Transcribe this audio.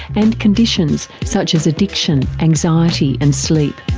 and conditions such as addiction, anxiety and sleep.